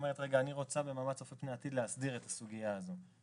שמטרתה להסדיר את הסוגיה הזאת במבט צופה פני עתיד.